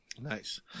Nice